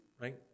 right